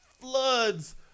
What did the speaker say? floods